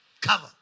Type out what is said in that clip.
covered